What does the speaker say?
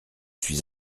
suis